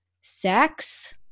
sex